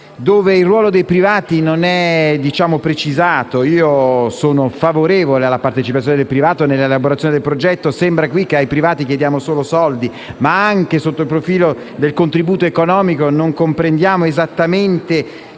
dove il ruolo dei privati non è precisato. Io sono favorevole alla partecipazione del privato nella elaborazione del progetto, ma qui sembra che ai privati chiediamo solo soldi. Anche sotto il profilo del contributo economico, però, non comprendiamo esattamente